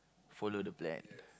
follow the plan